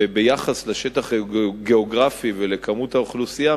ביחס לשטח הגיאוגרפי ולכמות האוכלוסייה,